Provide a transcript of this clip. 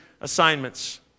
assignments